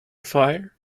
fire